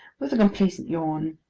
with a complaisant yawn,